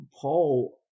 Paul